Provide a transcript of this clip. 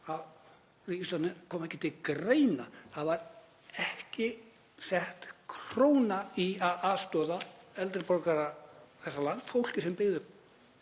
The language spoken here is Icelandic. en það kom ekki til greina. Það var ekki sett króna í að aðstoða eldri borgara þessa lands, fólkið sem byggði